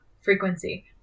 Frequency